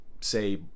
say